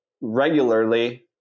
regularly